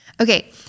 Okay